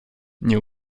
nie